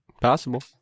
Possible